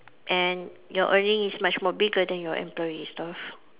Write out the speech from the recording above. and your earning is much more bigger than your employee and staff